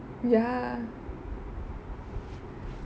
ya